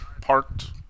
parked